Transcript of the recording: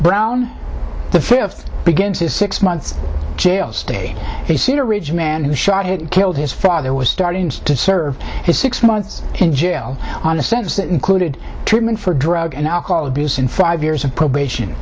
brown the fifth begins his six months jail stay the cedar ridge man who shot and killed his father was starting to serve his six months in jail on the sense that included treatment for drug and alcohol abuse and five years of probation